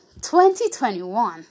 2021